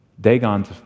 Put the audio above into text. Dagon's